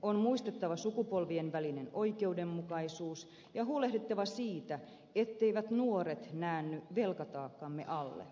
on muistettava sukupolvien välinen oikeudenmukaisuus ja huolehdittava siitä etteivät nuoret näänny velkataakkamme alle